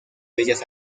bellas